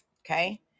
okay